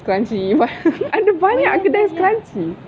scrunchie ada banyak kedai scrunchie